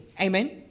amen